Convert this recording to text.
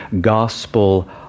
gospel